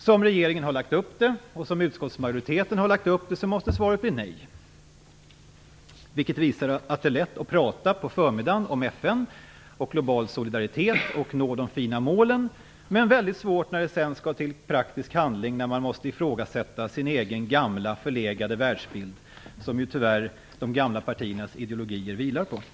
Som regeringen har lagt upp det och som utskottsmajoriteten har lagt upp det måste svaret bli nej. Det visar att det är lätt att prata om FN och global solidaritet för att nå de fina målen på förmiddagen, men mycket svårt när man kommer till praktisk handling där man måste ifrågasätta sin egen gamla förlegade världsbild. Det är ju tyvärr så att de gamla partiernas ideologier vilar på en sådan.